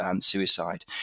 suicide